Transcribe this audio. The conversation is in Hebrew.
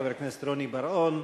חבר הכנסת רוני בר-און,